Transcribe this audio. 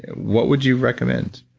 what would you recommend?